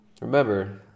remember